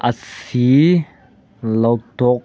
ꯑꯁꯤ ꯂꯧꯊꯣꯛ